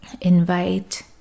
invite